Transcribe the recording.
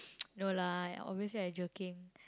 no lah I obviously I joking